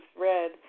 read